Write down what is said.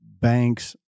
banks